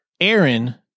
Aaron